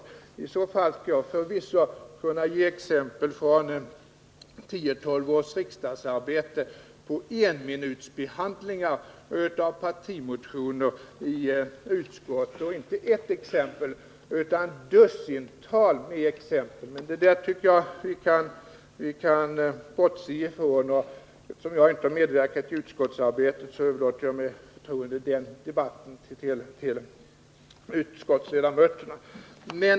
Jag skulle förvisso kunna ge inte ett utan dussintals exempel från tio å tolv års riksdagsarbete på enminutsbehandlingar av partimotioner i utskott. Det där tycker jag att vi kan bortse ifrån. Eftersom jag inte har medverkat i utskottsarbetet överlåter jag med förtroende den debatten till utskottsledamöterna.